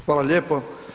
Hvala lijepo.